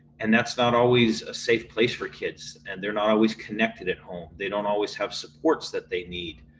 and that's not always a safe place for kids, and they're not always connected at home. they don't always have supports that they need.